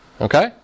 Okay